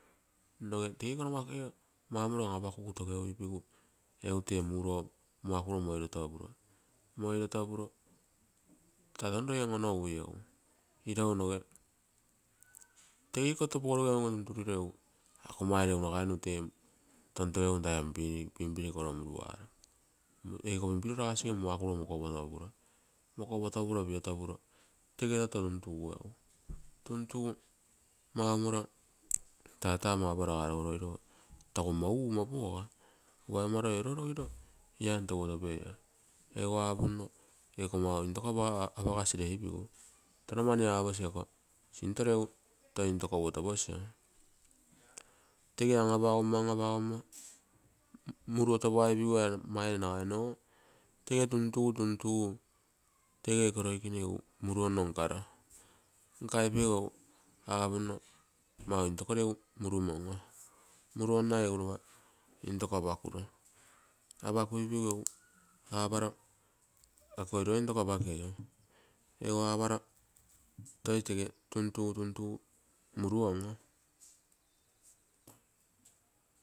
Noge tege numakue mau morilo an apakaguku togeugu egu tee mukuroo moioto puro, moi loioo puro siga loiee touno on onogui. Ilou noge tege ikoo toto pogoro unge tuntureguo ako egu nagaimo tontoge tai pimpiri koro muruaro. Eiko pim pinio lasigere muakuro mokopoto puro piotopuro tege toto tuntuguo. Tuntugu maumonto tatamo aparo loo loi loo tagu ama umoo apo aga paigoma loi oilo rogiro iai into uotopeio. Egu apunno eiko mau intoko apagasi leigu, tonno mani aposs ei sintoo reguu kai into uo toposina, tege an apagomo muru otopaigu laa maire maumonto tun tugu tege loikene egu muruono nkaro. Nkaipigu egu apuno mau intoko regu murumongo. Muruonnai egu ropa intoko apakuro, apakuigu agu aporo ako oiro intoko apakei? Egu aparo toi tege tuntugu muruongo.